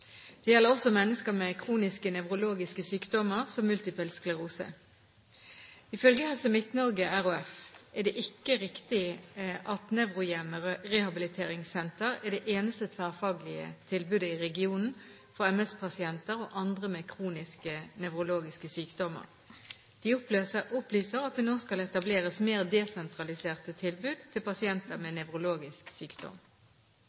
Det gjelder også mennesker med kroniske nevrologiske sykdommer som multippel sklerose. Ifølge Helse Midt-Norge RHF er det ikke riktig at Nevrohjemmet Rehabiliteringssenter er det eneste tverrfaglige tilbudet i regionen for MS-pasienter og andre med kroniske nevrologiske sykdommer. De opplyser at det nå skal etableres mer desentraliserte tilbud til pasienter med